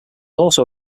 also